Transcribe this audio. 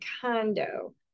condo